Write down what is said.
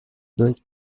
dois